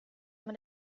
men